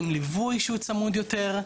עם ליווי שהוא צמוד יותר.